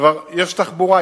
כבר יש תחבורה.